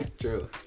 true